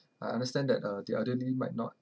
I understand that uh the elderly might not